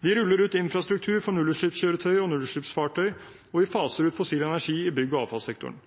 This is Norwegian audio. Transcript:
Vi ruller ut infrastruktur for nullutslippskjøretøy og nullutslippsfartøy, og vi faser ut fossil energi i avfallssektoren og byggsektoren.